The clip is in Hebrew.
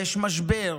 ויש משבר,